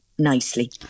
nicely